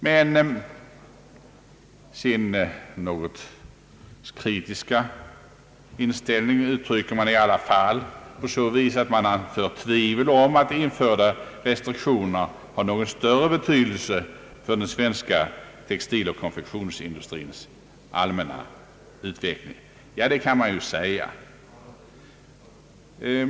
Sin något kritiska inställning uttrycker man i alla fall på så sätt att man anför tvivel om att de införda restriktionerna har någon större betydelse för den svenska textiloch konfektionsindustrins allmänna <utveckling. Ja, det kan man ju säga.